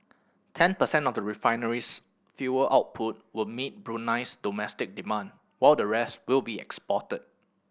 ten percent of the refinery's fuel output will meet Brunei's domestic demand while the rest will be exported